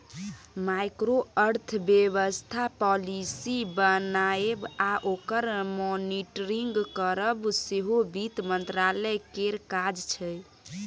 micro अर्थबेबस्था policy बनाएब आ ओकर मॉनिटरिंग करब सेहो बित्त मंत्रालय केर काज छै